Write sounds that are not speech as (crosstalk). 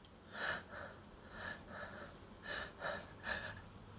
(breath)